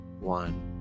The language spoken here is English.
one